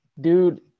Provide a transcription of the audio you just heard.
Dude